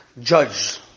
judge